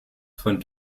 von